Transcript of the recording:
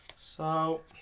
so